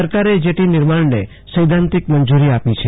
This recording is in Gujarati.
સરકારે જેટી નિર્માણને સૈધ્ધાંતિક મંજૂરી આપી છે